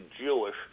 Jewish